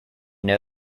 know